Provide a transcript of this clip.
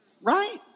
right